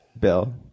bill